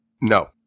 No